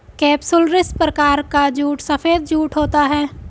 capsularis प्रकार का jute सफेद जूट होता है